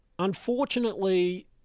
Unfortunately